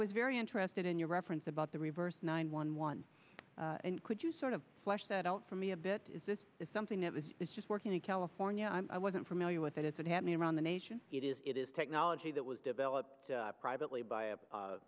was very interested in your reference about the reverse nine one one and could you sort of flesh that out for me a bit is this is something that was just working in california i wasn't familiar with it isn't happening around the nation it is it is technology that was developed privately by